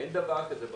אין דבר כזה ערך מוחלט.